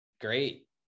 Great